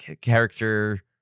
character